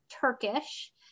Turkish